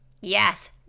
Yes